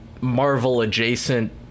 Marvel-adjacent